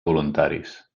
voluntaris